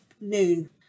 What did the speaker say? noon